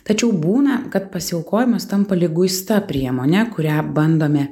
tačiau būna kad pasiaukojimas tampa liguista priemone kurią bandome